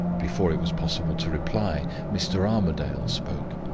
before it was possible to reply, mr. armadale spoke.